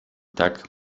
tak